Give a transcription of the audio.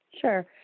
Sure